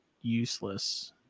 useless